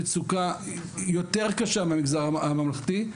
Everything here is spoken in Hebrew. מצוקה יותר קשה מהמגזר הממלכתי,